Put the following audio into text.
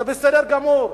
זה בסדר גמור.